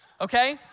okay